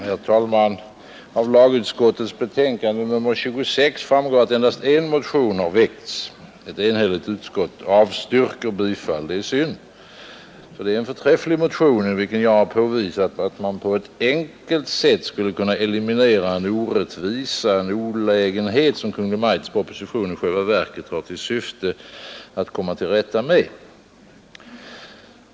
Herr talman! Av lagutskottets betänkande nr 26 framgår att endast en motion har väckts. Ett enhälligt utskott avstyrker bifall. Det är synd, eftersom det är en förträfflig motion, i vilken jag har påvisat att man på ett enkelt sätt skulle kunna eliminera en orättvisa och en olägenhet som Kungl. Maj:ts proposition i själva verket har till syfte att komma till rätta med.